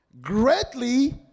greatly